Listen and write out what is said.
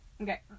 okay